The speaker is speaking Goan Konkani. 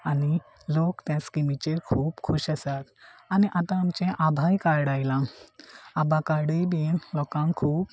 आनी लोक त्या स्किमीचेर खूब खूश आसात आनी आतां आमचें आभाय कार्ड आयला आभा कार्डूय बी लोकांक खूब